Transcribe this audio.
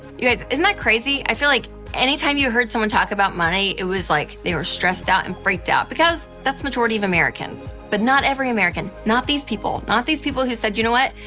you guys, isn't that crazy? i feel like any time you heard someone talk about money, it was like, they were stressed out and freaked out, because that's majority of americans. but not every american. not these people. not these people who said, you know what?